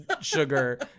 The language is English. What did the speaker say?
sugar